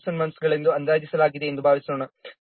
8 person ಮಂತ್ಸ್ಗಳೆಂದು ಅಂದಾಜಿಸಲಾಗಿದೆ ಎಂದು ಭಾವಿಸೋಣ